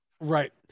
Right